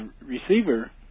receiver